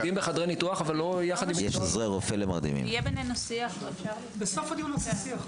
עובדים בחדרי ניתוח אבל לא יחד עם --- בסוף הדיון נעשה שיח.